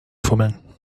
fummeln